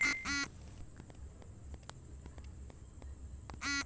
अमरीका मे बच्चन की पढ़ाई बदे ई तरीके क लोन देवल जाला